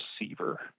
receiver